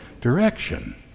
direction